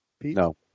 No